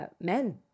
men